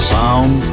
Sound